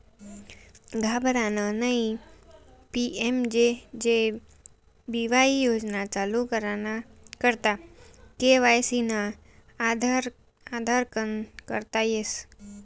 घाबरानं नयी PMJJ BY योजना चालू कराना करता के.वाय.सी ना आधारकन करता येस